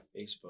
Facebook